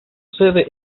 sede